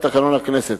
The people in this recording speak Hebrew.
לתקנון הכנסת.